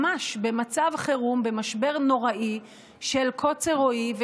ממש במצב חירום, במשבר נוראי של קוצר רואי.